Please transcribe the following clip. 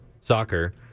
soccer